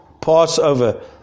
Passover